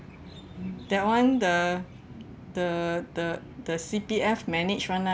that one the the the the C_P_F manage [one] lah